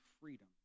freedom